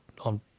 on